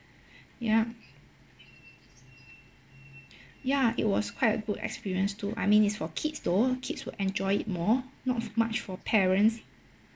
ya ya it was quite a good experience too I mean is for kids though kids will enjoy it more not much for parents